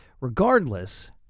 regardless